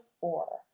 four